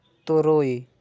ᱛᱩᱨᱩᱭ